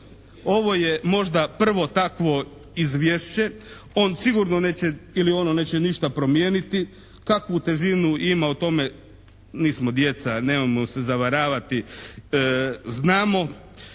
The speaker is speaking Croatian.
ovo je možda prvo takvo izvješće. On sigurno neće ili ono neće ništa promijeniti. Kakvu težinu ima u tome nismo djeca, nemojmo se zavaravati, znamo.